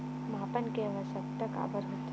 मापन के आवश्कता काबर होथे?